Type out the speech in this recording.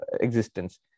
existence